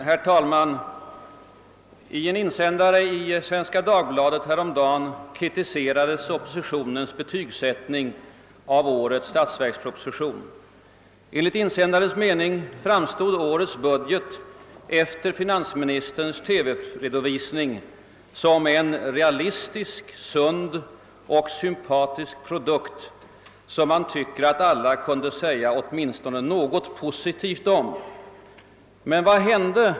Herr talman! I en insändare i Svenska Dagbladet häromdagen kritiserades oppositionens betygsättning av årets statsverksproposition. Enligt insändarens mening framstod årets budget efter finansministerns TV-redovisning som en »realistisk, sund och sympatisk produkt som man tycker att alla kunde säga åtminstone något positivt om». Men vad hände?